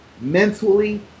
mentally